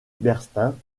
bernstein